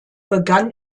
begann